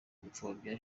gupfobya